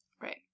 Right